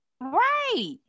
right